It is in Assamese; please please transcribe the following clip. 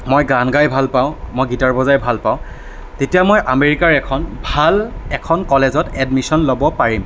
মই গান গাই ভালপাওঁ মই গিটাৰ বজাই ভালপাওঁ তেতিয়া মই আমেৰিকাৰ এখন ভাল এখন কলেজত এডমিশ্বন ল'ব পাৰিম